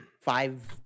five